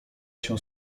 się